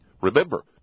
Remember